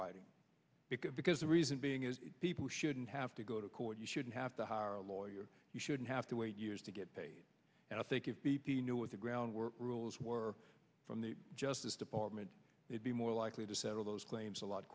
writing because because the reason being is that people shouldn't have to go to court you shouldn't have to hire a lawyer you shouldn't have to wait years to get paid and i think if b p knew what the ground work rules were from the justice department it be more likely to settle those claims a lot